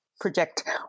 project